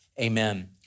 amen